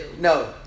No